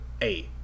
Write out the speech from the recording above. eight